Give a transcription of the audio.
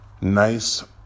nice